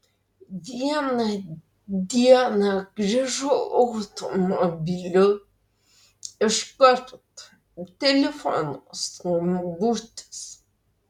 vieną dieną grįžau automobiliu iškart telefono skambutis